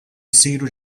jsiru